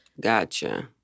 Gotcha